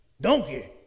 Donkey